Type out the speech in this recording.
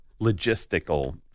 logistical